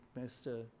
Mr